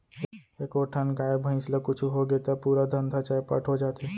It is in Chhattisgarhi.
एको ठन गाय, भईंस ल कुछु होगे त पूरा धंधा चैपट हो जाथे